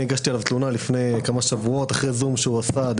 הגשתי עליו תלונה לפני כמה שבועות אחרי זום שהוא עשה עם כל אויבי ישראל,